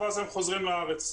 ואז הם חוזרים לארץ.